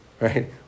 right